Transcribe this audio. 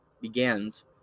begins